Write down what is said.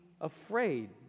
afraid